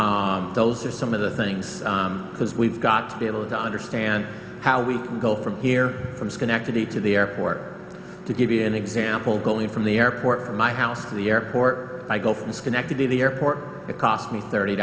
where those are some of the things because we've got be able to understand how we can go from here from schenectady to the airport to give you an example going from the airport from my house to the airport i go from schenectady the airport it cost me thirty